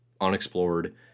unexplored